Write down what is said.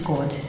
God